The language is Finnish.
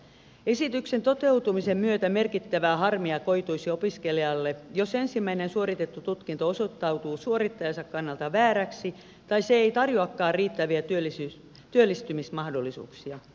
esityksen toteutumisen myötä merkittävää harmia koituisi opiskelijalle jos ensimmäinen suoritettu tutkinto osoittautuu suorittajansa kannalta vääräksi tai se ei tarjoakaan riittäviä työllistymismahdollisuuksia